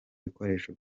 bikoresho